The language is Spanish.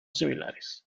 similares